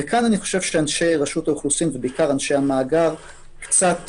כאן אני חושב שאנשי רשות האוכלוסין ובעיקר אנשי המאגר קצת